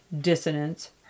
Dissonance